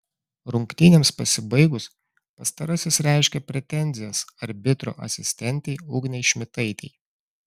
rungtynėms pasibaigus pastarasis reiškė pretenzijas arbitro asistentei ugnei šmitaitei